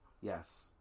Yes